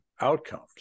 outcomes